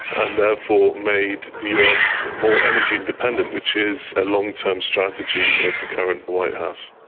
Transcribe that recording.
and therefore made the us more energy independent, which is a long-term strategy of the current white house.